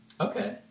Okay